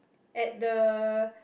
at the